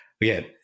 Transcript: again